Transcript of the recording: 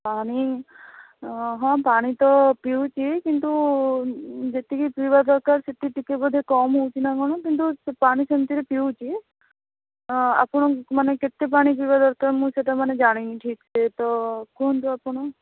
ପାଣି ହଁ ପାଣି ତ ପିଉଛି କିନ୍ତୁ ଯେତିକି ପିଇବା ଦରକାର ସେତିକି ଟିକିଏ ବୋଧେ କମ୍ ହେଉଛି ନା କ'ଣ କିନ୍ତୁ ପାଣି ସେମିତିରେ ପିଉଛି ଆପଣ ମାନେ କେତେ ପାଣି ପିଇବା ଦରକାର ମୁଁ ସେଇଟା ମାନେ ଜାଣିନି ଠିକ୍ ସେ ତ କୁହନ୍ତୁ ଆପଣ